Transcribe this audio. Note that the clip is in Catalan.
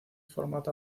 format